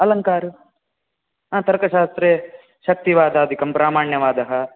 अलङ्कार तर्कशास्त्रे शक्तिवादादिकं प्रामाण्यवादः